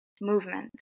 movement